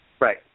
Right